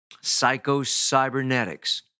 Psycho-Cybernetics